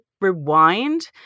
rewind